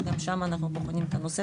שגם שם אנחנו בוחנים את הנושא,